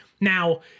Now